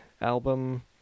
album